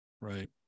right